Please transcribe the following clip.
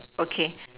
okay